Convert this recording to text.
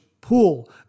pool